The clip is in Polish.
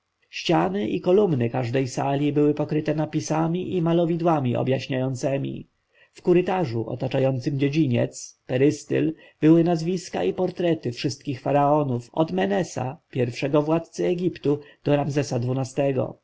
ściany i kolumny każdej sali były pokryte napisami i malowidłami objaśniającemi w korytarzu otaczającym dziedziniec perystyl były nazwiska i portrety wszystkich faraonów od menesa pierwszego władcy egiptu do ramzesa